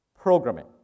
programming